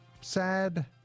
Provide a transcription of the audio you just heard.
sad